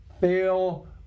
fail